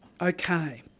okay